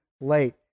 late